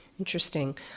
Interesting